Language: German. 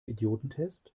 idiotentest